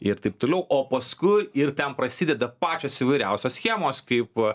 ir taip toliau o paskui ir ten prasideda pačios įvairiausios schemos kaip